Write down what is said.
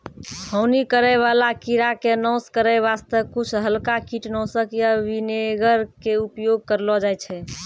हानि करै वाला कीड़ा के नाश करै वास्तॅ कुछ हल्का कीटनाशक या विनेगर के उपयोग करलो जाय छै